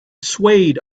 swayed